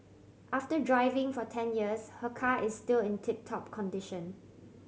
after driving for ten years her car is still in tip top condition